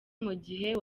mugihe